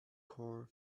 core